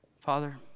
Father